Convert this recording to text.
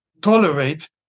tolerate